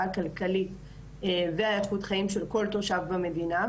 הכלכלית והאיכות חיים של כל תושב במדינה.